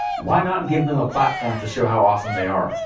why not give them a platform to show how awesome they are.